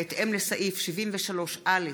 בהתאם לסעיף 73(א)